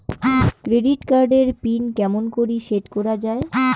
Credit card এর PIN কেমন করি সেট করা য়ায়?